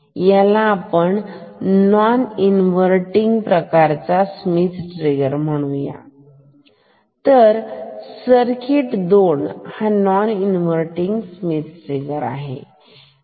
ह्याला आपण non inverting प्रकारचा स्मिथ ट्रिगर असे म्हणूया तर सर्किट 2 हा नॉन इन्व्हर्टिनग स्मिथ ट्रिगर आहे